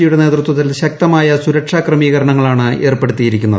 ജിയുടെ നേതൃത്വത്തിൽ ശക്തമായ സുരക്ഷ ക്രമീകരണങ്ങളാണ് ഏർപ്പെടുത്തിയിരിക്കുന്നത്